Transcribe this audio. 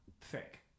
thick